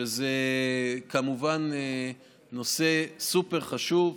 שזה כמובן נושא סופר-חשוב.